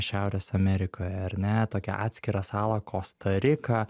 šiaurės amerikoje ar ne tokią atskirą salą kosta riką